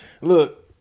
Look